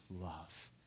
love